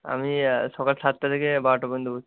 আমি সকাল সাতটা থেকে বারোটা পর্যন্ত বসি